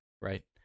right